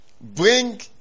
bring